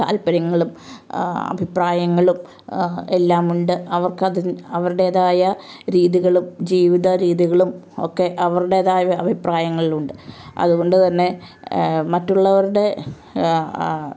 താൽപര്യങ്ങളും അഭിപ്രായങ്ങളും എല്ലാമുണ്ട് അവർക്കതിൽ അവരുടേതായ രീതികളും ജീവിതരീതികളും ഒക്കെ അവരുടേതായ അഭിപ്രായങ്ങളുണ്ട് അതുകൊണ്ട് തന്നെ മറ്റുള്ളവരുടെ